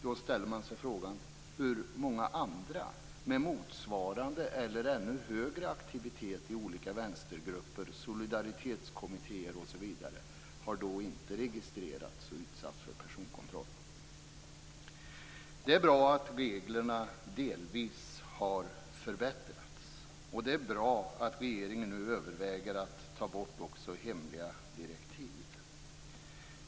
Då ställer man sig frågan: Hur många andra med motsvarande eller högre aktivitet i olika vänstergrupper, solidaritetskommittéer osv. har då inte registrerats och utsatts för personkontroll? Det är bra att reglerna delvis har förbättrats, och det är bra att regeringen nu överväger att ta bort också hemliga direktiv.